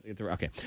Okay